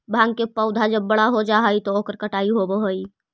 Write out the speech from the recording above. भाँग के पौधा जब बड़ा हो जा हई त ओकर कटाई होवऽ हई